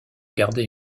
garder